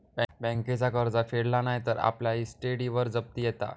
बँकेचा कर्ज फेडला नाय तर आपल्या इस्टेटीवर जप्ती येता